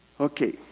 Okay